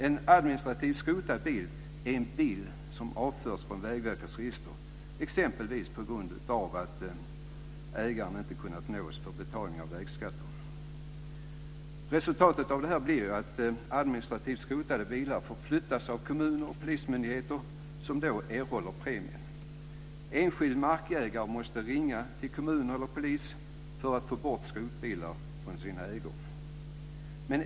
En administrativt skrotad bil är en bil som avförts från Vägverkets register, exempelvis på grund av att ägaren inte kunnat nås för betalning av vägskatter. Resultatet av detta blir att administrativt skrotade bilar får flyttas av kommuner och polismyndigheter, som då erhåller premien. Enskild markägare måste ringa till kommunen eller polis för att få bort skrotbilar från sina ägor.